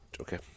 Okay